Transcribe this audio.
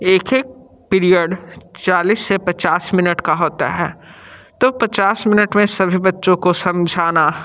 एक एक पीरियड चालीस से पचास मिनट का होता है तो पचास मिनट में सभी बच्चों को समझाना